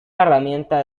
herramienta